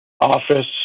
office